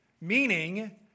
meaning